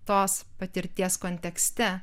tos patirties kontekste